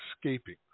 escaping